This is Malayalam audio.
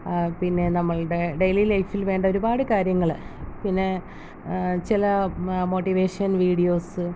പിന്നെ നമ്മളുടെ ഡെയിലി ലൈഫിൽ വേണ്ട ഒരുപാട് കാര്യങ്ങള് പിന്നെ ചില മോട്ടിവേഷൻ വീഡിയോസ്